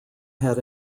had